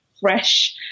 fresh